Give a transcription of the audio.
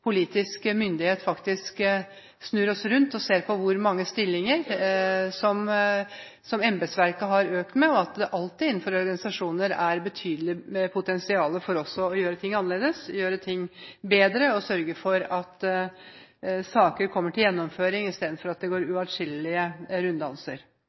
politisk myndighet snur oss rundt og ser på hvor mange stillinger embetsverket har økt med. Det er alltid innenfor organisasjoner et betydelig potensial for å gjøre ting annerledes, gjøre ting bedre og sørge for at saker kommer til gjennomføring, istedenfor at de går atskillige runddanser.